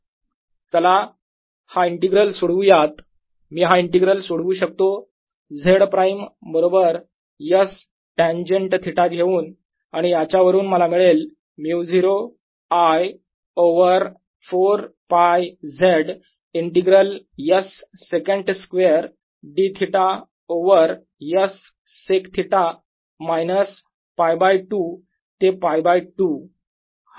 2πsdsdzs s2z20I4πz ∞dzs2z2 चला हा इंटीग्रल सोडवूयात मी हा इंटीग्रल सोडवु शकतो Z प्राईम बरोबर S टँजेन्ट थिटा घेऊन आणि याच्यावरून मला मिळेल μ0 I ओवर चार π Z integral S secant square dӨ over S sec theta minus π by 2 ते π बाय 2